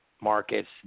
markets